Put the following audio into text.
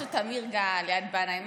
משהו של תמיר גל, ליאת בנאי.